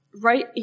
Right